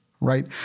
right